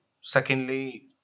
secondly